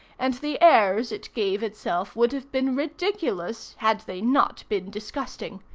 and the airs it gave itself would have been ridiculous had they not been disgusting.